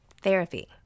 Therapy